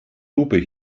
lupe